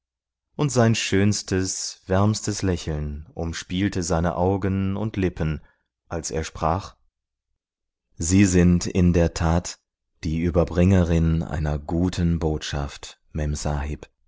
und sein schönstes wärmstes lächeln umspielte seine augen und lippen als er sprach sie sind in der tat die überbringerin einer guten botschaft